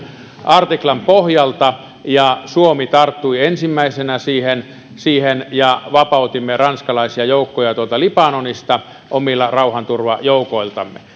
artiklan pohjalta ja suomi tarttui ensimmäisenä siihen siihen ja vapautimme ranskalaisia joukkoja tuolta libanonista omilla rauhanturvajoukoillamme